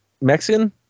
Mexican